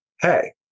Hey